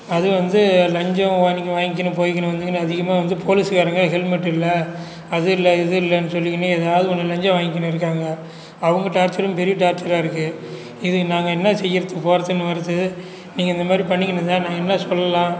அதுவும் வந்து லஞ்சம் வாங்கின்னு போயிக்கின்னு வந்துகின்னு அதிகமாக வந்து போலீஸ்காரங்க ஹெல்மெட் இல்லை அது இல்லை இது இல்லைன்னு சொல்லிக்கின்னு ஏதாவது ஒன்று லஞ்சம் வாங்கின்னு இருகாங்கள் அவங்க டார்ச்சரும் பெரிய டார்ச்சராக இருக்கு இதுக்கு நாங்கள் என்ன செய்கிறதுக்கு போகிறதுக்கு வருதுக்கு நீங்கள் இந்தமாதிரி பண்ணிக்கின்னு இருந்தால் நாங்கள் என்ன சொல்லலாம்